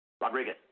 rodriguez